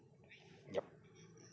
yup